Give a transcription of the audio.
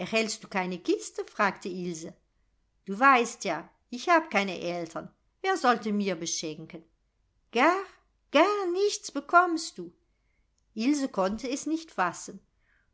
andre erhältst du keine kiste fragte ilse du weißt ja ich hab kein eltern wer sollte mir beschenken gar gar nichts bekommst du ilse konnte es nicht fassen